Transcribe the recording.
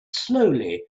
slowly